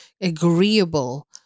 agreeable